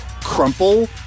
crumple